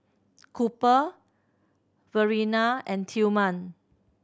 Cooper Verena and Tillman